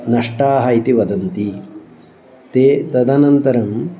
नष्टाः इति वदन्ति ते तदनन्तरम्